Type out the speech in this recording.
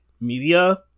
media